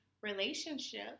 relationship